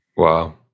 Wow